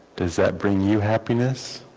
does that bring you happiness